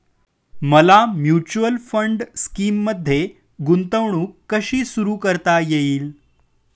मला mutual fund स्कीममध्ये गुंतवणूक कशी सुरू करता येईल?